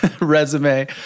resume